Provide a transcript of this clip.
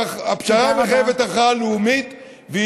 והפשרה מחייבת הכרעה לאומית.